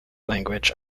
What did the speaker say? language